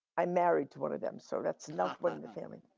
i married to one of them. so, that's not what in the family.